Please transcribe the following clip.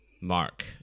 Mark